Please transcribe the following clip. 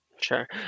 sure